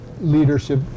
leadership